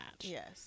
Yes